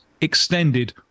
extended